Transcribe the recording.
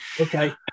Okay